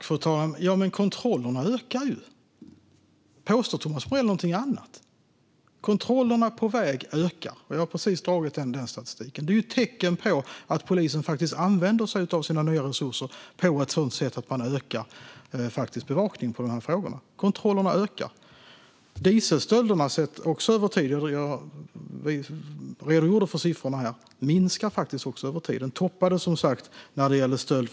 Fru talman! Jamen, kontrollerna ökar. Påstår Thomas Morell något annat? Kontrollerna på väg ökar, och jag har precis dragit den statistiken. Det är ett tecken på att polisen faktiskt använder sig av de nya resurserna på ett sådant sätt att bevakningen av dessa frågor ökar. Kontrollerna ökar. Sett över tid minskar dieselstölderna. Jag redogjorde nyss dessa siffror. Stöld från större fordonstankar, som vi talar om, hade en topp.